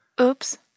Oops